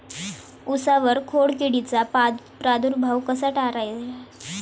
उसावर खोडकिडीचा प्रादुर्भाव कसा टाळायचा?